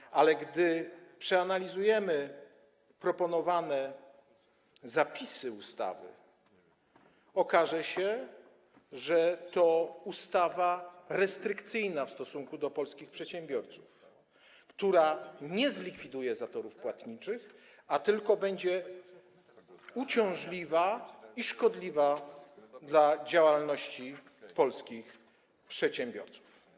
Jeśli natomiast przeanalizujemy proponowane zapisy ustawy, to okaże się, że to jest ustawa restrykcyjna w stosunku do polskich przedsiębiorców, która nie zlikwiduje zatorów płatniczych, a tylko będzie uciążliwa i szkodliwa dla działalności polskich przedsiębiorców.